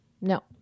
No